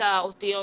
לכתוב,